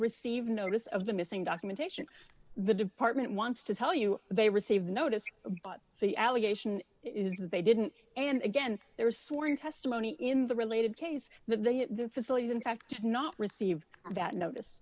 receive notice of the missing documentation the department wants to tell you they received notice but the allegation is that they didn't and again there is sworn testimony in the related case that the facilities in fact did not receive that notice